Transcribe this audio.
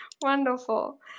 wonderful